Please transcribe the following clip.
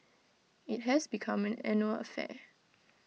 IT has become an annual affair